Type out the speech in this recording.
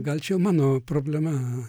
gal čia jau mano problema